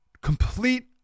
complete